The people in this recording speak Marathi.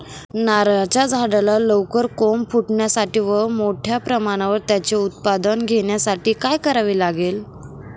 नारळाच्या झाडाला लवकर कोंब फुटण्यासाठी व मोठ्या प्रमाणावर त्याचे उत्पादन घेण्यासाठी काय करावे लागेल?